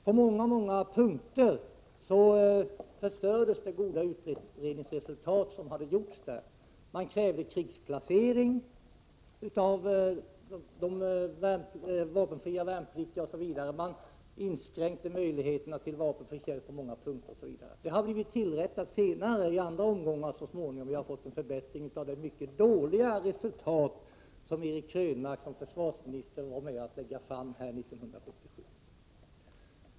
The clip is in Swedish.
På många punkter förstördes det goda utredningsresultatet. Man krävde krigsplacering av de vapenfria, man inskränkte möjligheterna till vapenfri tjänst, osv. Det har rättats till senare i andra omgångar, och vi har förbättrat mycket av det dåliga resultat som Eric Krönmark som försvarsminister var med om att åstadkomma 1977.